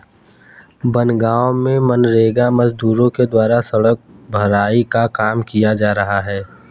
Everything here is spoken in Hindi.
बनगाँव में मनरेगा मजदूरों के द्वारा सड़क भराई का काम किया जा रहा है